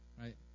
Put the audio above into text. right